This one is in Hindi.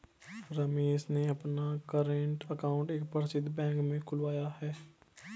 रमेश ने अपना कर्रेंट अकाउंट एक प्रसिद्ध बैंक में खुलवाया है